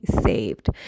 saved